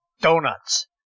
donuts